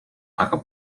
aga